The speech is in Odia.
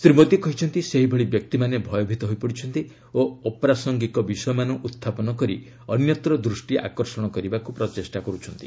ଶ୍ରୀ ମୋଦି କହିଛନ୍ତି ସେହିଭଳି ବ୍ୟକ୍ତିମାନେ ଭୟଭୀତ ହୋଇପଡ଼ିଛନ୍ତି ଓ ଅପ୍ରାସଙ୍ଗିକ ବିଷୟମାନ ଉହାପନ କରି ଅନ୍ୟତ୍ର ଦୃଷ୍ଟି ଆକର୍ଷଣ କରିବାକୁ ପ୍ରଚେଷ୍ଟା କରୁଛନ୍ତି